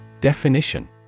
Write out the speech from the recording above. Definition